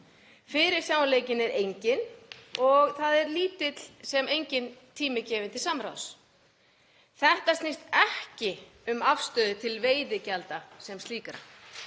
fyrirsjáanleikinn er enginn og það er lítill sem enginn tími gefinn til samráðs? Þetta snýst ekki um afstöðu til veiðigjalda sem slíkra